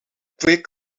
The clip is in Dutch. kwik